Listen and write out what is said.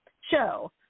show